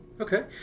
Okay